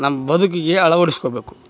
ನಮ್ಮ ಬದುಕಿಗೆ ಅಳವಡಿಸಿಕೋಬೇಕು